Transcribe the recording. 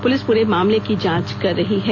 police प्रे मामले की जांच कर रही है